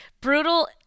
brutal